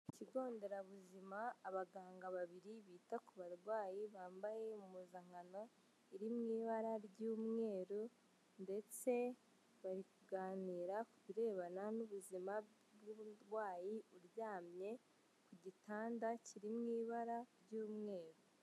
Ikigonderabuzima abaganga babiri bita ku barwayi, bambaye impuzankano iri mu ibara ry'umweru, ndetse bari kuganira ku birebana n'ubuzima bw'umurwayi, uryamye ku gitanda kiri mu ibara ry'umweru.